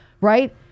right